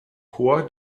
chor